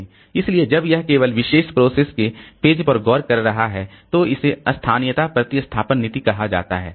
इसलिए जब यह केवल विशेष प्रोसेस के पेज पर गौर कर रहा है तो इसे स्थानीय प्रतिस्थापन नीति कहा जाता है